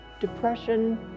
Depression